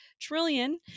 trillion